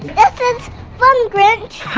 this is fun, grinch!